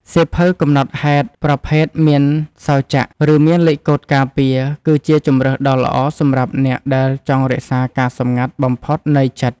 សៀវភៅកំណត់ហេតុប្រភេទមានសោរចាក់ ឬមានលេខកូដការពារ គឺជាជម្រើសដ៏ល្អសម្រាប់អ្នកដែលចង់រក្សាការសម្ងាត់បំផុតនៃចិត្ត។